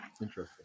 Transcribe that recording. interesting